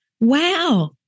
Wow